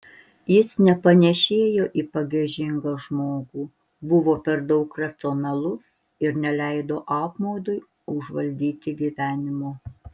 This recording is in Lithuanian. jis nepanėšėjo į pagiežingą žmogų buvo per daug racionalus ir neleido apmaudui užvaldyti gyvenimo